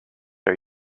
are